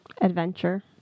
Adventure